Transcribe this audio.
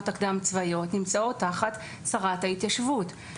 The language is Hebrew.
הקדם צבאיות נמצאות תחת שרת ההתיישבות,